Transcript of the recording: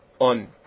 on